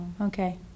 Okay